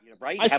right